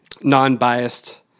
non-biased